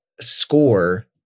score